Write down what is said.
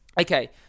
Okay